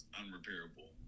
unrepairable